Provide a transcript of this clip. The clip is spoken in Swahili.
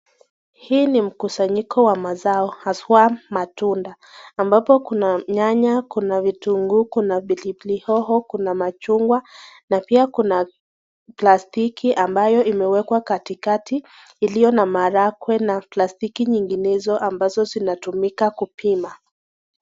Hii ni mkusanyiko wa mazao haswa matunda. Ambapo kuna nyanya, kuna vitunguu, kuna pilipili hoho, kuna machungwa na pia kuna plastiki ambayo imewekwa katikati iliyo na maharagwe na plastiki nyinginezo ambazo zinatumika kupima.